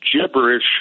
gibberish